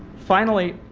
finally,